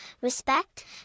respect